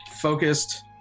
focused